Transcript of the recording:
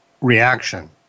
reaction